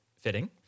fitting